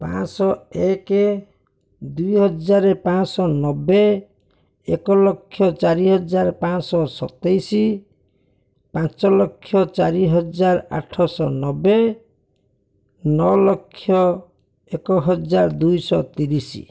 ପାଞ୍ଚଶହ ଏକ ଦୁଇ ହଜାର ପାଞ୍ଚଶହ ନବେ ଏକ ଲକ୍ଷ ଚାରିହଜାର ପାଞ୍ଚଶହ ସତେଇଶ ପାଞ୍ଚଲକ୍ଷ ଚାରି ହଜାର ଆଠଶହ ନବେ ନଅ ଲକ୍ଷ ଏକ ହଜାର ଦୁଇଶହ ତିରିଶ